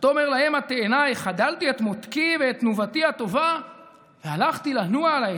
ותאמר להם התאנה החדלתי את מתקי ואת תנובתי הטובה והלכתי לנוע על העצים.